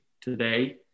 today